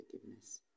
forgiveness